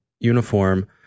uniform